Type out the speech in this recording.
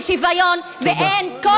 של שוויון,